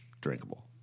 drinkable